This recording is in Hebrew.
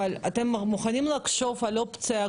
אבל אתם מוכנים לחשוב על אופציה,